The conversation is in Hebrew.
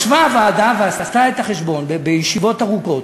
ישבה הוועדה ועשתה את החשבון בישיבות ארוכות,